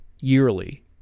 yearly